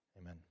Amen